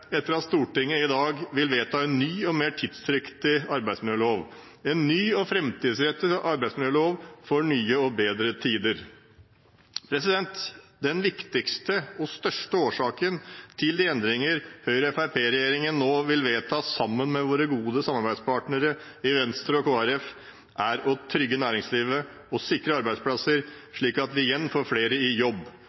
etter at Stortinget i dag vedtar en ny og mer tidsriktig arbeidsmiljølov, en ny og framtidsrettet arbeidsmiljølov for nye og bedre tider. Den viktigste og største årsaken til de endringer vi i regjeringspartiene nå vil vedta, sammen med våre gode samarbeidspartnere, Venstre og Kristelig Folkeparti, er å trygge næringslivet og sikre arbeidsplasser, slik at vi igjen får flere i jobb.